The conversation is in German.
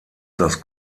das